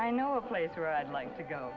i know a place where i'd like to go